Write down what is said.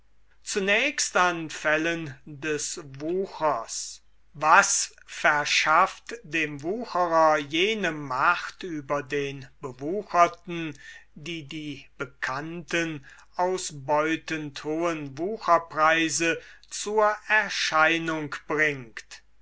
zunächst an fällen des wuchers was verschafft dem wucherer jene macht über den bewucherten die die bekannten ausbeuten hohen wucherpreise zur erscheinung bringt